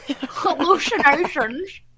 Hallucinations